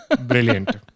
Brilliant